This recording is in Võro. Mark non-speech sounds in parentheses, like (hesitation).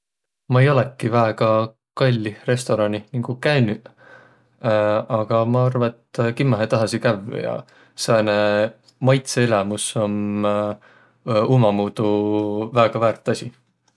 Ma ei olõki väega kallih restoraanih nigu käünüq. (hesitation) Aga ma arva, et kimmähe tahasiq kävvüq ja sääne maitsõelämüs om ummamuudu väega väärt asi.